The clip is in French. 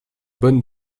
bonne